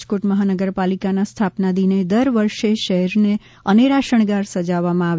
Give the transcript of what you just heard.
રાજકોટ મહાનગરપાલિકાના સ્થાપના દિને દર વર્ષે શહેરને અનેરા શણગાર સજાવવામાં આવે છે